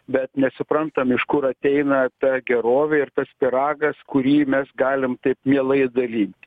bet nesuprantam iš kur ateina ta gerovė ir tas pyragas kurį mes galim taip mielai dalinti